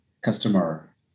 customer